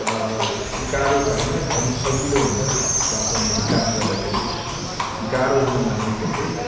गाह्रो चाहिँ होइन झन् सजिलो हुन्छ बागवानीमा काम गर्दाखेरि गाह्रो हुनु भनेको चाहिँ